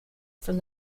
from